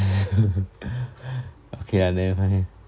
okay lah never mind lah